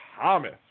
Thomas